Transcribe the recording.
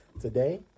Today